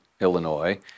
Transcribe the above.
Illinois